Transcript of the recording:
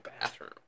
bathroom